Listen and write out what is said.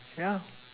yeah